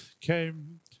came